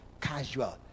casual